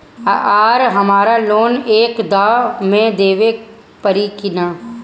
आर हमारा लोन एक दा मे देवे परी किना?